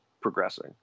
progressing